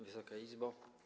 Wysoka Izbo!